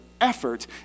effort